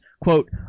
quote